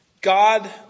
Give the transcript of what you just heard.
God